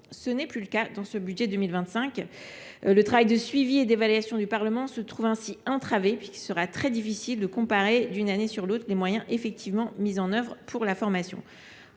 Ce n’est plus le cas dans ce budget pour 2025. Le travail de suivi et d’évaluation du Parlement s’en trouve ainsi entravé puisqu’il sera très difficile de comparer, d’une année sur l’autre, les moyens effectivement mis en œuvre à cette fin.